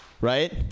Right